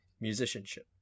musicianship